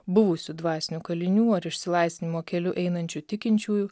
buvusių dvasinių kalinių ar išsilaisvinimo keliu einančių tikinčiųjų